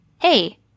hey